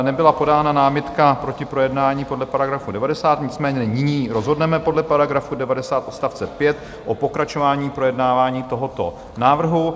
Nebyla podána námitka proti projednání podle § 90, nicméně nyní rozhodneme podle § 90 odst. 5 o pokračování projednávání tohoto návrhu.